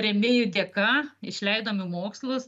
rėmėjų dėka išleidom į mokslus